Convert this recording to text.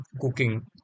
cooking